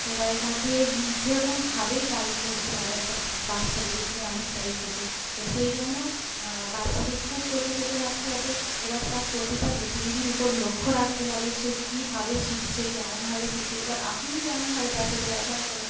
এবারে তাকে সেরকম ভাবেই গাইড করতে হবে একটা বাচ্চা যেহেতু অনেকটাই ছোট তো সেই জন্য বাচ্চাকে খুব চোখে চোখে রাখতে হবে এবার তার প্রতিটা গতিবিধির উপর লক্ষ্য রাখতে হবে সে কীভাবে শিখছে কেমনভাবে শিখছে এবার আপনি যেমনভাবে তার সাথে ব্যবহার করবেন